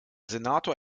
senator